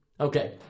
Okay